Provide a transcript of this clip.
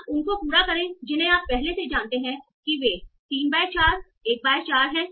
आप उन को पूरा करें जिन्हें आप पहले से जानते हैं कि वे 3 बाय 4 1 बाय 4 हैं